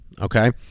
okay